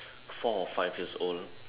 four or five years old